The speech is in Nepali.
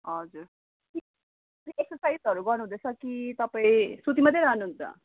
हजुर एकसरसाइजहरू गर्नुहुँदैछ कि तपाईँ सुती मात्रै रहनुहुन्छ